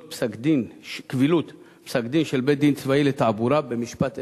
פסק-דין של בית-דין צבאי לתעבורה במשפט אזרחי)